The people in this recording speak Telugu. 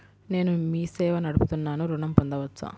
నేను మీ సేవా నడుపుతున్నాను ఋణం పొందవచ్చా?